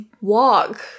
walk